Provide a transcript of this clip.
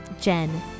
Jen